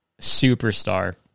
superstar